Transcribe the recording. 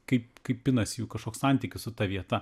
kaip kaip pinasi jų kažkoks santykis su ta vieta